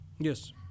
Yes